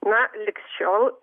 na lig šiol